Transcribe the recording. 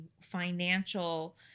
financial